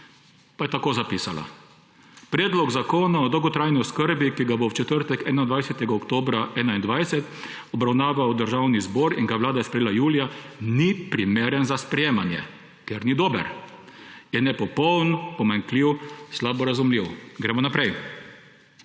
je takole zapisala: »Predlog zakona o dolgotrajni oskrbi, ki ga bo v četrtek, 21. oktobra 2021, obravnaval Državni zbor in ga je Vlada sprejela julija, ni primeren za sprejemanje, ker ni dober. Je nepopoln, pomanjkljiv, slabo razumljiv.« Gremo najprej,